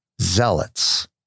zealots